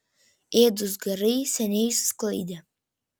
ėdūs garai seniai išsisklaidė